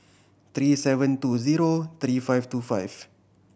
three seven two zero three five two five